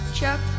Chuck